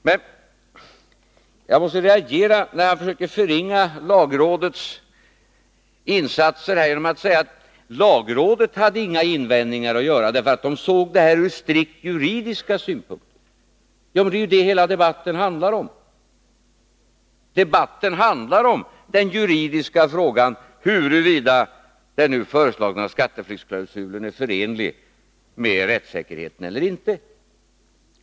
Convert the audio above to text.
Men jag måste reagera när han försöker förringa lagrådets insatser genom att säga att lagrådet inte hade några invändningar att göra, därför att lagrådet såg det hela ur strikt juridisk synvinkel. Ja, det är vad hela debatten handlar om. Den handlar om den juridiska frågan huruvida den nu föreslagna skatteflyktsklausulen är förenlig med rättssäkerheten.